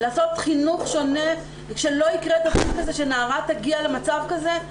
לעשות חינוך שונה שלא יקרה דבר כזה שנערה תגיע למצב כזה,